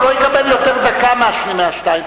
הוא לא יקבל יותר דקה משתי הדקות,